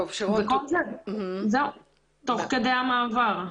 וכל זה תוך כדי המעבר.